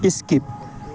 skip